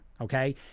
okay